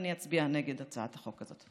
לכן אני אצביע נגד הצעת החוק הזאת.